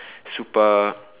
super